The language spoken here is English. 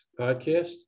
podcast